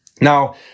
Now